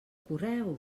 correu